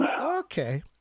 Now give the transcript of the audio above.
Okay